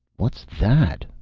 what's that?